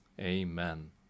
Amen